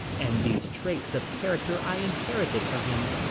and these traits of character i inherited from him.